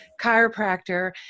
chiropractor